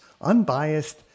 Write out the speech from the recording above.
unbiased